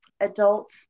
adult